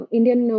Indian